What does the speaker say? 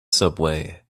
subway